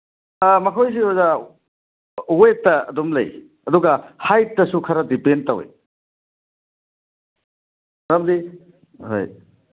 ꯑꯥ ꯃꯈꯣꯏꯁꯤ ꯑꯣꯖꯥ ꯋꯦꯠꯇ ꯑꯗꯨꯝ ꯂꯩ ꯑꯗꯨꯒ ꯍꯥꯏꯠꯇꯁꯨ ꯈꯔ ꯗꯤꯄꯦꯟ ꯇꯧꯏ ꯃꯔꯝꯗꯤ ꯍꯣꯏ